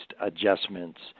adjustments